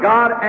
God